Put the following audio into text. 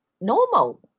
normal